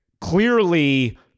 clearly